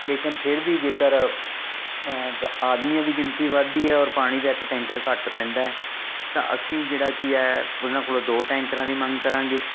ਲੇਕਿਨ ਫਿਰ ਵੀ ਜੇਕਰ ਆਦਮੀਆਂ ਦੀ ਗਿਣਤੀ ਵਧਦੀ ਹੈ ਔਰ ਪਾਣੀ ਦਾ ਇੱਕ ਟੈਂਕਰ ਘੱਟ ਪੈਂਦਾ ਹੈ ਤਾਂ ਅਸੀਂ ਜਿਹੜਾ ਕੀ ਹੈ ਉਨ੍ਹਾਂ ਕੋਲ ਦੋ ਟੈਂਕਰਾਂ ਦੀ ਮੰਗ ਕਰਾਂਗੇ